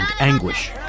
anguish